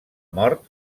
mort